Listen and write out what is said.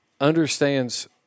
understands